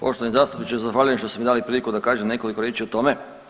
Poštovani zastupniče zahvaljujem što ste mi dali priliku da kažem nekoliko riječi o tome.